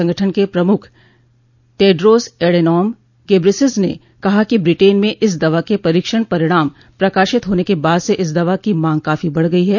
संगठन के प्रमुख टेड्रोस एढेनॉम गेब्रेसस ने कहा है कि ब्रिटेन में इस दवा के परीक्षण परिणाम प्रकाशित होने के बाद से इस दवा की मांग काफी बढ़ गई है